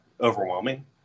overwhelming